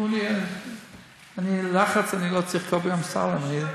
נו, ללחץ אני לא צריך קובי אמסלם, אני,